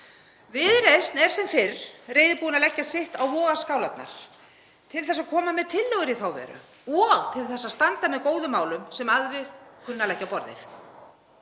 Viðreisn er sem fyrr reiðubúin að leggja sitt á vogarskálarnar til að koma með tillögur í þá veru og að standa með góðum málum sem aðrir kunna að leggja á borðið.